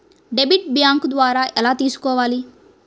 Debit bank ద్వారా ఎలా తీసుకోవాలి?